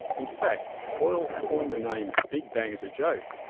in fact hoyle coined the name big bang as a joke,